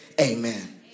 amen